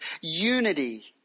unity